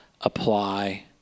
apply